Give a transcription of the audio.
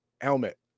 helmet